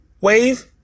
wave